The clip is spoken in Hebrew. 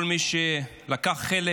את כל מי שלקח חלק